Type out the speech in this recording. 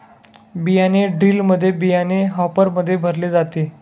बियाणे ड्रिलमध्ये बियाणे हॉपरमध्ये भरले जाते